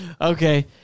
Okay